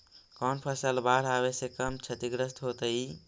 कौन फसल बाढ़ आवे से कम छतिग्रस्त होतइ?